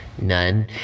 none